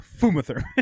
Fumather